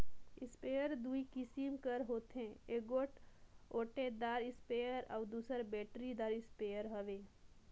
sprayer दूई किसिम कर होथे एगोट ओटेदार इस्परे अउ दूसर बेटरीदार इस्परे हवे